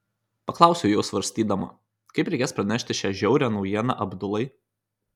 paklausiau jau svarstydama kaip reikės pranešti šią žiaurią naujieną abdulai